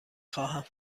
خواهم